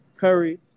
Curry